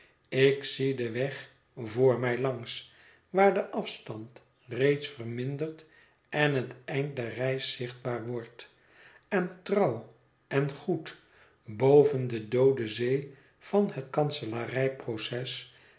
ik zie den weg voor mij langs waar de afstand reeds vermindert en het eind der reis zichtbaar wordt en trouw en goed boven de doode zee van het kanselarij proces